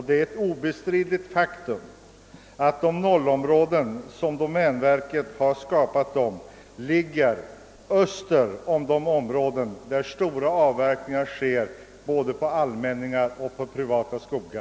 Det är ett obe stridligt faktum att de 0-områden som domänverket skapar ligger öster om de skogsmarker där det görs stora avverkningar både på allmänningar och på privata ägor.